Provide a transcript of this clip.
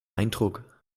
eindruck